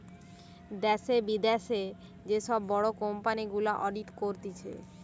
দ্যাশে, বিদ্যাশে যে সব বড় কোম্পানি গুলা অডিট করতিছে